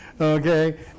okay